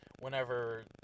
whenever